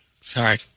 Sorry